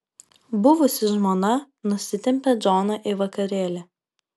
buvusi žmona nusitempia džoną į vakarėlį